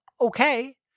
Okay